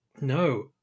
No